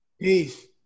Peace